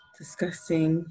disgusting